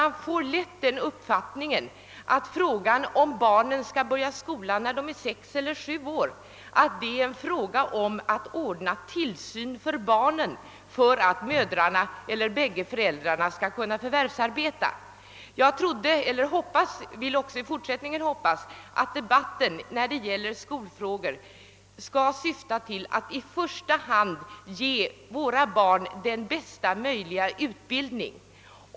Det är då lätt att få uppfattningen att frågan om barnen skall börja skolan när de är sex år eller när de är sju år är en fråga om att ordna tillsyn för barnen för att mödrarna eller bägge föräldrarna skall kunna förvärvsarbeta. Jag hoppas att debatten när det gäller skolfrågor i första hand syftar till att ge våra barn bästa möjliga utbildning.